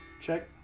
check